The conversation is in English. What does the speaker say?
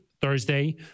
Thursday